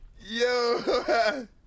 Yo